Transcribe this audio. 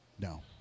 No